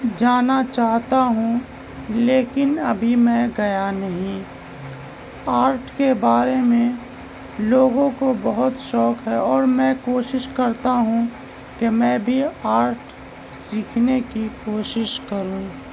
جانا چاہتا ہوں لیکن ابھی میں گیا نہیں آرٹ کے بارے میں لوگوں کو بہت شوق ہے اور میں کوشش کرتا ہوں کہ میں بھی آرٹ سیکھنے کی کوشش کروں